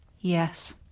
Yes